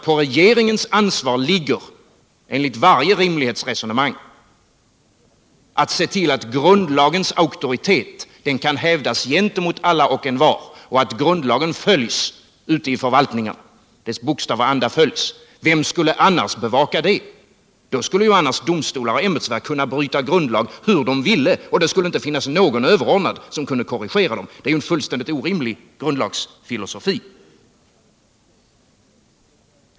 På regeringens ansvar ligger ju enligt varje rimlighetsresonemang att se till att grundlagens auktoritet kan hävdas gentemot alla och envar och att grundlagens bokstav och anda följs ute i förvaltningarna. Vem skulle annars bevaka det? Om det inte vore så skulle domstolar och ämbetsverk kunna bryta grundlag hur de ville, och det skulle inte finnas någon överordnad som kunde korrigera dem. Det är en fullständigt orimlig grundlagsfilosofi.